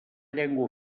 llengua